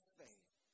faith